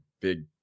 big